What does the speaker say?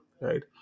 right